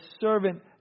servant